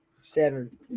seven